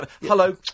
Hello